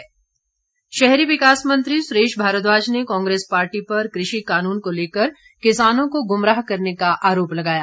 सुरेश भारद्वाज शहरी विकास मंत्री सुरेश भारद्वाज ने कांग्रेस पार्टी पर कृषि कानून को लेकर किसानों को गुमराह करने का आरोप लगाया